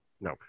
No